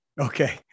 Okay